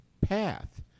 path